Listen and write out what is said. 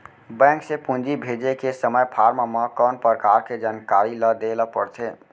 Bank से पूंजी भेजे के समय फॉर्म म कौन परकार के जानकारी ल दे ला पड़थे?